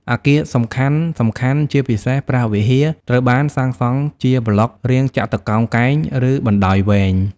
អគារសំខាន់ៗ ជាពិសេសព្រះវិហារត្រូវបានសាងសង់ជាប្លុករាងចតុកោណកែង ឬបណ្តោយវែង។